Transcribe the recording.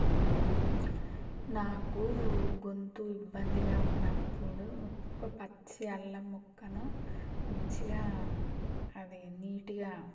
నాకు గొంతు ఇబ్బందిగా ఉన్నప్పుడు ఒక పచ్చి అల్లం ముక్కను మంచిగా అది నీట్గా